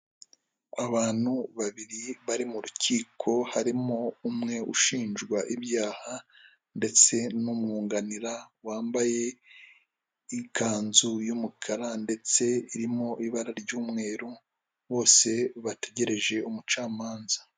Abantu babiri bari mu rukiko harimo umwe ushinjwa ibyaha, ndetse n'umwunganira wambaye ikanzu yumukara, ndetse irimo ibara ry'umweru, bose bategereje umucamanza.